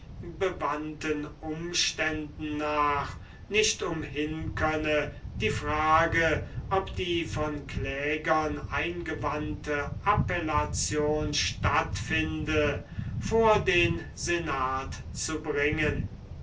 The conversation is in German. bewandten umständen nach nicht umhin könne die frage ob die von klägern eingewandte appellation statt finde vor den senat zu bringen